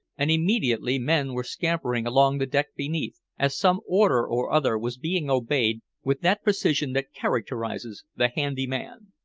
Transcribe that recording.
and immediately men were scampering along the deck beneath as some order or other was being obeyed with that precision that characterizes the handy man.